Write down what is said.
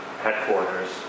headquarters